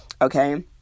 okay